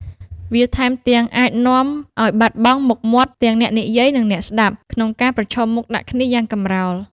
វាថែមទាំង អាចនាំឱ្យបាត់បង់មុខមាត់ទាំងអ្នកនិយាយ និងអ្នកស្តាប់ ក្នុងការប្រឈមមុខដាក់គ្នាយ៉ាងកម្រោល។